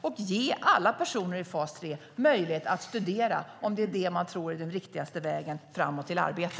Och ge alla personer i fas 3 möjlighet att studera om det är det man tror är den riktigaste vägen framåt till arbete!